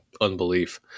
unbelief